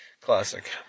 Classic